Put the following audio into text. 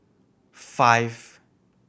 five